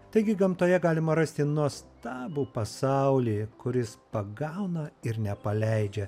taigi gamtoje galima rasti nuostabų pasaulį kuris pagauna ir nepaleidžia